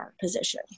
position